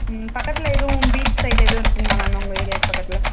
பக்கத்தில் எதுவும் beach side எதுவும் இருக்குதுங்களா மேம் உங்கள் ஏரியாவுக்கு பக்கத்தில்